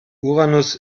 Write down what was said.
uranus